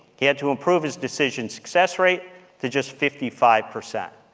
he had to improve his decision success rate to just fifty five percent.